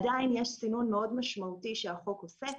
עדין יש סינון מאוד משמעותי שהחוק עושה,